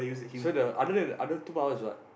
so the other than other than two powers what